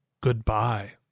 Goodbye